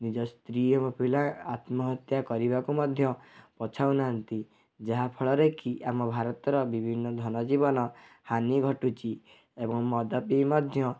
ନିଜ ସ୍ତ୍ରୀ ଏବଂ ପିଲା ଆତ୍ମହତ୍ୟା କରିବାକୁ ମଧ୍ୟ ପଛାଉ ନାହାଁନ୍ତି ଯାହାଫଳରେ କି ଆମ ଭାରତର ବିଭିନ୍ନ ଧନ ଜୀବନ ହାନି ଘଟୁଛି ଏବଂ ମଦ ପିଇ ମଧ୍ୟ